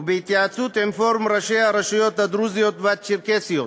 ובהתייעצות עם פורום ראשי הרשויות הדרוזיות והצ'רקסיות,